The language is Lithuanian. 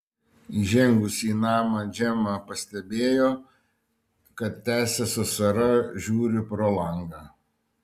įžengusi į namą džemą pastebėjo kad tęsė su sara žiūri pro langą